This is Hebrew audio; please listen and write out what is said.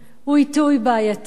הוא עיתוי בעייתי,